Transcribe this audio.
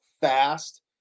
fast